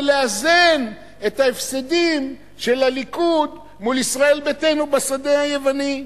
לאזן את ההפסדים של הליכוד מול ישראל ביתנו בשדה הימני.